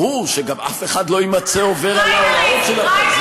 ברור שגם אף אחד לא יימצא עובר על ההוראות של החוק.